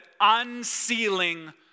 unsealing